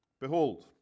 Behold